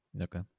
okay